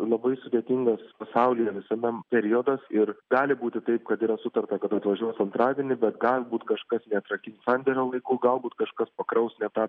labai sudėtingas pasaulyje visame periodas ir gali būti taip kad yra sutarta kad atvažiuos antradienį bet galbūt kažkas neatrakins sandėlio laiku galbūt kažkas pakraus ne tą